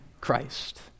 Christ